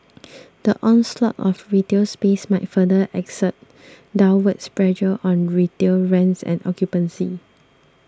the onslaught of retail space might further exert downward pressure on retail rents and occupancy